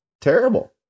terrible